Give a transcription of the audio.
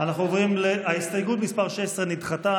ההסתייגות מס' 16 נדחתה.